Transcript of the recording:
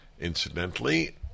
Incidentally